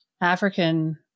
African